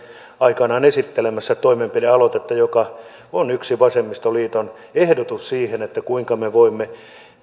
aikanaan esittelemässä toimenpidealoitetta joka on yksi vasemmistoliiton ehdotus siitä kuinka me voimme